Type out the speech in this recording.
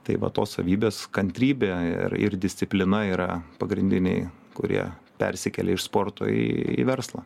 tai va tos savybės kantrybė ir ir disciplina yra pagrindiniai kurie persikėlė iš sporto į verslą